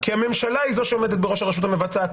הממשלה היא זו שעומדת בראש הרשות המבצעת,